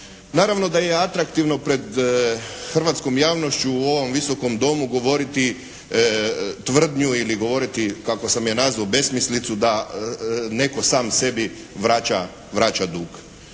Naravno da je atraktivno pred hrvatskom javnošću u ovom Visokom domu govoriti tvrdnju ili govoriti kako sam je nazvao besmislicu, da netko sam sebi vraća dug.